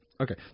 Okay